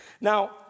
Now